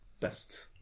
best